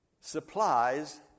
supplies